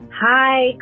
Hi